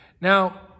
Now